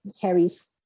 Harry's